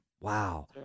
Wow